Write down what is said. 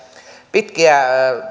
pitkiä